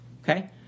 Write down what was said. okay